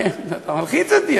אתה מלחיץ אותי,